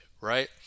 right